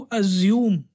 assume